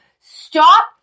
Stop